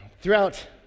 throughout